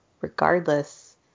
regardless